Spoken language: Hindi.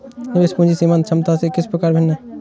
निवेश पूंजी सीमांत क्षमता से किस प्रकार भिन्न है?